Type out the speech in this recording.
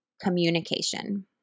communication